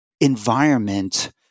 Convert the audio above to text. environment